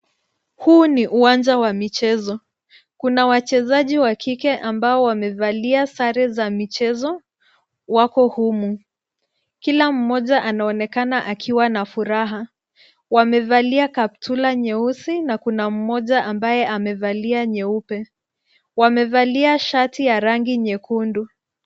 Huu ni uwanja wa michezo. Kuna wachezaji wa kike ambao wamevalia sare za michezo wako humu. Kila mmoja anaonekana akiwa na furaha. Wamevalia kaptura nyeusi na kuna mmoja ambaye amevalia nyeupe. Wamevalia shati ya rangi nyekundu.